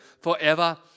forever